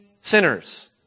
sinners